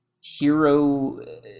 hero